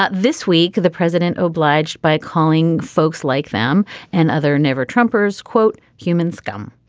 ah this week the president obliged by calling folks like them and other never troopers quote human scum.